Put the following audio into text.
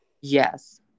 Yes